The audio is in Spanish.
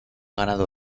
ganado